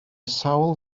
sawl